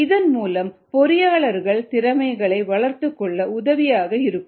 இதன் மூலம் பொறியாளர்கள் திறமைகளை வளர்த்துக் கொள்ள உதவியாக இருக்கும்